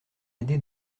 aidé